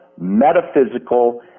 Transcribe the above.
metaphysical